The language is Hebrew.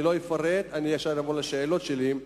אני לא אפרט, אלא ישר אעבור לשאלות שלי: